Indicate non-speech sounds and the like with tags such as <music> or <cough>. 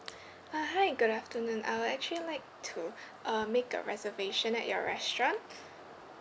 <breath> uh hi good afternoon I will actually like to <breath> uh make a reservation at your restaurant